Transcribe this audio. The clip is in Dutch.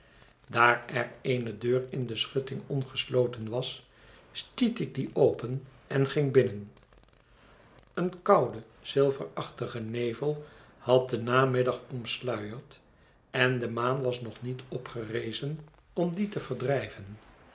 daar er eene deur in de schutting ongesloten was stiet ik die open en ging binnen een koude zilverachtige nevel had den namiddag omsluierd en de maan was nog niet opgerezenom dien teverdrijven